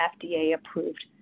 FDA-approved